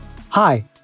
Hi